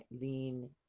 lean